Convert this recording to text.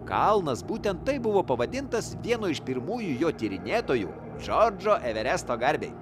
kalnas būtent taip buvo pavadintas vieno iš pirmųjų jo tyrinėtojų džordžo everesto garbei